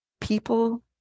people